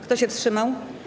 Kto się wstrzymał?